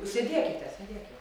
jūs sėdėkite sėdėkit